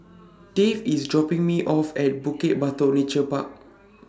Dave IS dropping Me off At Bukit Batok Nature Park